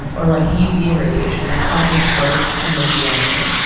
and or like uv radiation, causes breaks in the dna.